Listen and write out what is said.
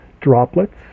droplets